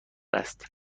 است